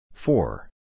Four